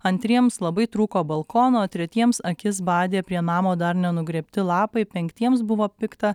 antriems labai trūko balkono tretiems akis badė prie namo dar nenugrėbti lapai penktiems buvo pikta